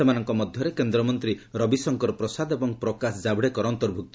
ସେମାନଙ୍କ ମଧ୍ୟରେ କେନ୍ଦ୍ମନ୍ତ୍ରୀ ରବି ଶଙ୍କର ପ୍ରସାଦ ଏବଂ ପ୍ରକାଶ କାଭଡେକର ଅନ୍ତର୍ଭୁକ୍ତ